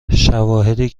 شواهدی